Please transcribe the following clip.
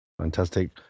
Fantastic